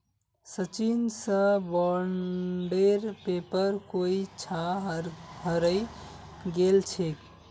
सचिन स बॉन्डेर पेपर कोई छा हरई गेल छेक